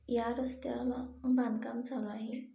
या रस्त्याला बांधकाम चालू आहे